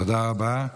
תודה רבה.